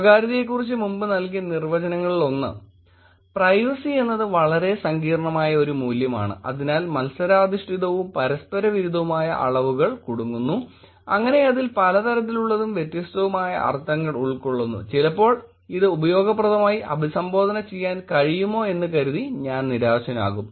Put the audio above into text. സ്വകാര്യതയെക്കുറിച്ച് മുമ്പ് നൽകിയ നിർവചനങ്ങളിലൊന്ന് പ്രൈവസി എന്നത് വളരെ സങ്കീർണമായ ഒരു മൂല്യമാണ് അതിനാൽ മത്സരാധിഷ്ഠിതവും പരസ്പരവിരുദ്ധവുമായ അളവുകളിൽ കുടുങ്ങുന്നു അങ്ങനെ അതിൽ പലതരത്തിലുള്ളതും വ്യത്യസ്തവുമായ അർത്ഥങ്ങൾ ഉൾക്കൊള്ളുന്നു ചിലപ്പോൾ ഇത് ഉപയോഗപ്രദമായി അഭിസംബോധന ചെയ്യാൻ കഴിയുമോ എന്ന് കരുതി ഞാൻ നിരാശനാകും